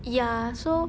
ya so